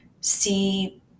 see